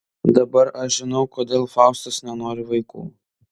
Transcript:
dabar aš žinau kodėl faustas nenori vaikų